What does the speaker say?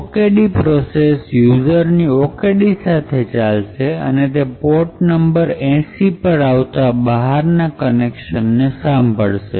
Okd process user ની okd સાથે ચાલશે અને તે પોર્ટ નંબર 80 માં આવતા બહારના કનેક્શન ને સાંભળશે